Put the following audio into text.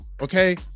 okay